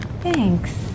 Thanks